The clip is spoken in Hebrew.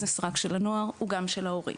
Business רק של הנוער אלא גם של ההורים.